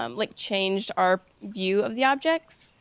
um like changed our view of the objects.